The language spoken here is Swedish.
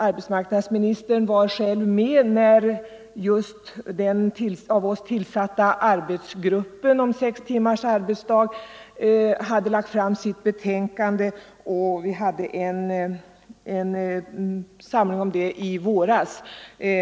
Arbetsmarknadsministern var själv med när den av oss tillsatta arbetsgruppen för sex timmars arbetsdag hade lagt fram sitt betänkande och vi hade en samling om det i våras.